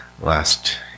last